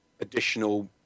additional